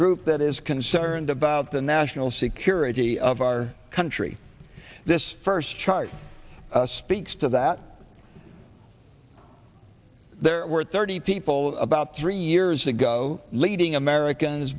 group that is concerned about the national security of our country this first chart speaks to that there were thirty people about three years ago leading americans